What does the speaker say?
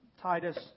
Titus